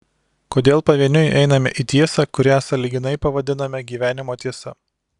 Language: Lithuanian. kodėl pavieniui einame į tiesą kurią sąlyginai pavadiname gyvenimo tiesa